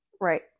Right